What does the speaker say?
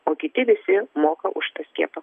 o kiti visi moka už tą skiepą